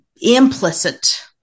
implicit